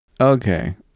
Okay